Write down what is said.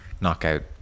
knockout